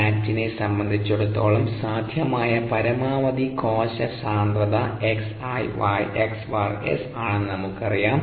ബാച്ചിനെ സംബന്ധിച്ചിടത്തോളം സാധ്യമായ പരമാവധി കോശ സാന്ദ്രത 𝑆𝑖𝑌𝑥𝑆 ആണെന്ന് നമുക്കറിയാം